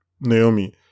Naomi